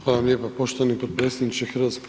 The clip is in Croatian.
Hvala vam lijepa poštovani potpredsjedniče HS.